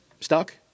stuck